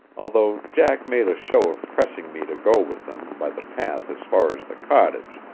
although jack made a show of pressing me to go with them by the path as far as the cottage,